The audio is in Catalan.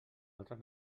altres